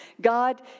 God